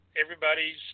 everybody's